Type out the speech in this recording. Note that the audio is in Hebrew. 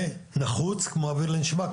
זה נחוץ כמו אוויר לנשימה,